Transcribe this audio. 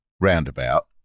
roundabout